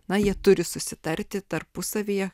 na jie turi susitarti tarpusavyje